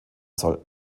soll